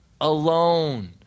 alone